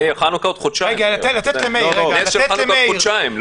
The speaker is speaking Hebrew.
מאיר, הנס של חנוכה בעוד חודשיים.